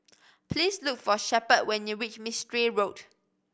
please look for Shepherd when you reach Mistri Road